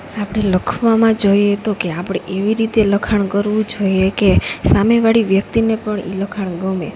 આપણે લખવામાં જોઈએ તો કે આપણે એવી રીતે લખાણ કરવું જોઈએ કે સામેવાળી વ્યક્તિને પણ એ લખાણ ગમે